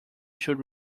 should